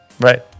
right